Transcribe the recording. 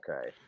Okay